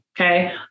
Okay